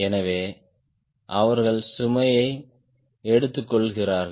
எனவே அவர்கள் சுமையை எடுத்துக்கொள்கிறார்கள்